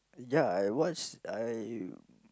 ya I watch I